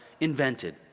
invented